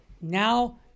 Now